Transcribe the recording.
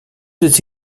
des